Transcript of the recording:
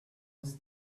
was